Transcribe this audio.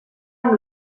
amb